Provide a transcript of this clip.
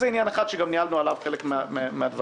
זה עניין אחד שגם ניהלנו עליו חלק מן הדיונים.